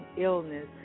illness